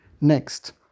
Next